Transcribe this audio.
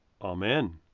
Amen